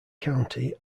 county